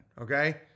okay